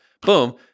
Boom